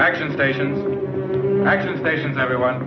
action stations actually station everyone